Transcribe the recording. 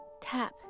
tap